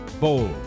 bold